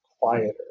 quieter